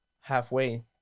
halfway